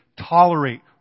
tolerate